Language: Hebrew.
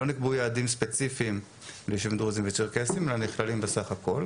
לא נקבעו יעדים ספציפיים ליישובים דרוזים וצ'רקסים אלא נכללים בסך הכל.